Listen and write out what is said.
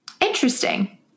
Interesting